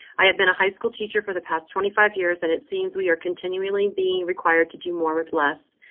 i had been a high school teacher for the past twenty five years and it seems we are continually being required to do more with less.